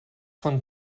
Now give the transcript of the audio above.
von